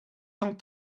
cent